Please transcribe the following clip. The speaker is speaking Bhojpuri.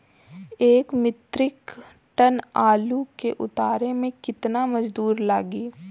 एक मित्रिक टन आलू के उतारे मे कितना मजदूर लागि?